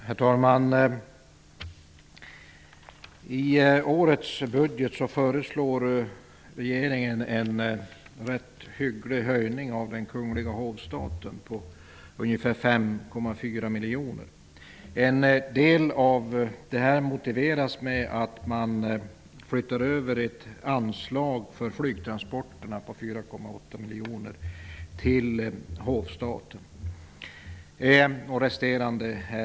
Herr talman! I årets budget föreslår regeringen en rätt hygglig höjning av anslaget till den kungliga hovstaten. Det rör sig om en höjning på ungefär 5,4 miljoner kronor. Till en del motiveras höjningen med att ett anslag för flygtransporter på 4,8 miljoner kronor flyttas över till anslaget rörande hovstaten.